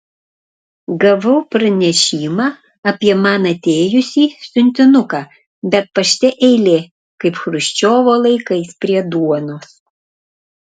gavau pranešimą apie man atėjusį siuntinuką bet pašte eilė kaip chruščiovo laikais prie duonos